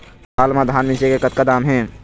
हाल मा धान मिसे के कतका दाम हे?